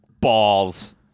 balls